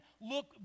look